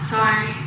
Sorry